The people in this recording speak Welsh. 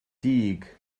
dug